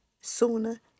sooner